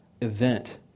event